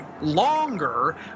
longer